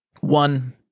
one